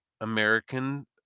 American